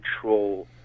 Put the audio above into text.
control